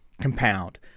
compound